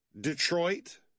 detroit